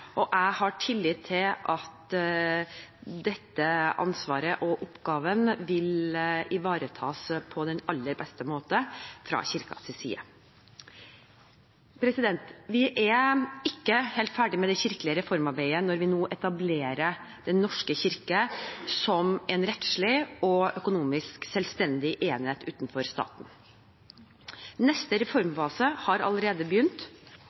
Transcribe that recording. Jeg har tillit til at dette ansvaret og denne oppgaven vil ivaretas på den aller beste måte fra Kirkens side. Vi er ikke helt ferdige med det kirkelige reformarbeidet når vi nå etablerer Den norske kirke som en rettslig og økonomisk selvstendig enhet utenfor staten. Neste reformfase har allerede begynt.